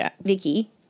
Vicky